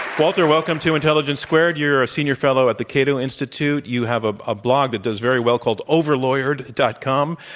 walter, welcome to intelligence squared. you're a senior fellow at the cato institute. you have ah a blog that does very well called, overlawyered. com.